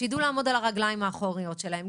שיידעו לעמוד על הרגליים האחוריות שלהם,